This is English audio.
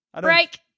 Break